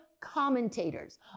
commentators